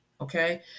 okay